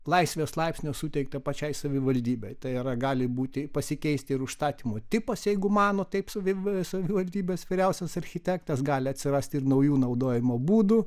laisvės laipsnio suteikta pačiai savivaldybei tai yra gali būti pasikeisti ir užstatymo tipas jeigu mano taip savivalė savivaldybės vyriausias architektas gali atsirasti ir naujų naudojimo būdų